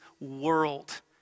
world